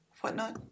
whatnot